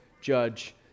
judge